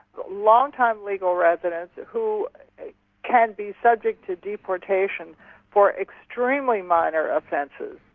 long-time legal residents who can be subject to deportation for extremely minor offences,